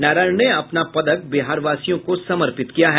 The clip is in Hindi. नारायण ने अपना पदक बिहार वासियों को समर्पित किया है